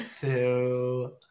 Two